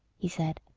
he said,